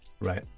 Right